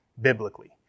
biblically